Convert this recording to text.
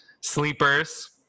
sleepers